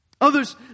Others